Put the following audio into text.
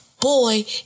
boy